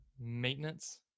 maintenance